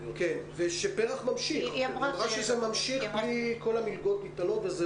היא אמרה שזה ממשיך וכל המלגות ניתנות.